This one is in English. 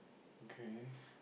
okay